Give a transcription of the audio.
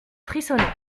frissonnant